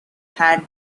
had